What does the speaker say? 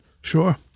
sure